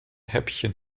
häppchen